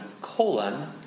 colon